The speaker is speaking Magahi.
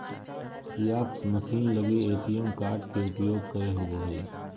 कियाक्स मशीन लगी ए.टी.एम कार्ड के उपयोग करे होबो हइ